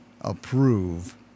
approve